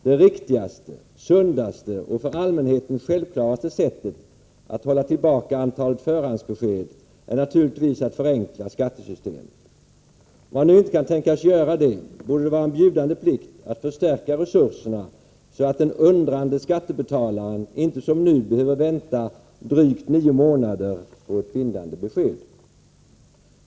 Det riktigaste, sundaste och för allmänheten självklaraste sättet att hålla tillbaka antalet förhandsbesked är naturligtvis att förenkla skattesystemet. Om man nu inte kan tänkas göra det, borde det vara en bjudande plikt att förstärka resurserna så att den undrande skattebetalaren inte, som nu, behöver vänta drygt nio månader på ett bindande besked.